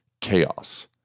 chaos